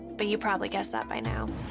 but you probably guessed that by now.